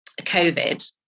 COVID